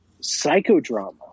psychodrama